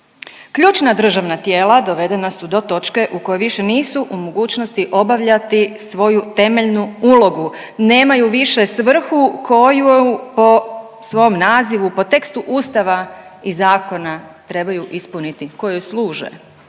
ključna državna tijela dovedena su do točke u kojoj više nisu u mogućnosti obavljati svoju temeljnu ulogu, nemaju više svrhu koju po svom nazivu, po tekstu ustava i zakona trebaju ispuniti, kojoj služe.